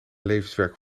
levenswerk